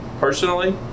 personally